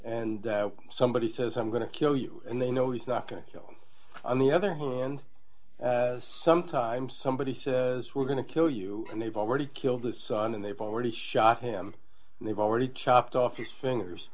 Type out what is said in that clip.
and somebody says i'm going to kill you and they know he's not going to kill on the other hand some time somebody says we're going to kill you and they've already killed their son and they've already shot him and they've already chopped off his fingers